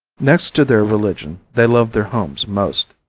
next to their religion they love their homes most.